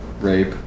Rape